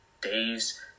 days